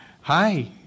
Hi